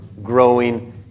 growing